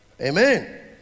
Amen